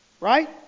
right